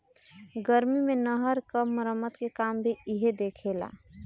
गर्मी मे नहर क मरम्मत के काम भी इहे देखेला